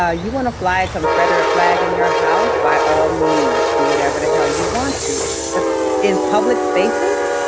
ah you want to fly confederate flag in your house? by all means, do whatever the hell you want to. but in public spaces,